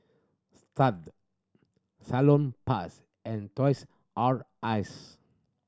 Stuff'd Salonpas and Toys R Us